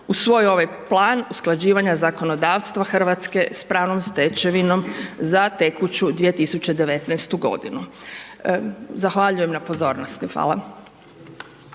usvoji ovaj plan usklađivanja zakonodavstva Hrvatske sa pravnom stečevinom za tekuću 2019 g. Zahvaljujem na pozornosti. Hvala.